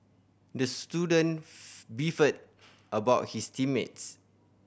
the student beefed about his team mates